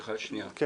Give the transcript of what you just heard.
אני